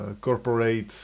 corporate